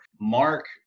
Mark